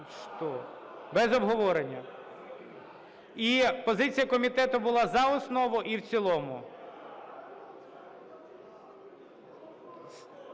Без обговорення. І позиція комітету була за основу і в цілому.